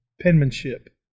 penmanship